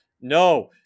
No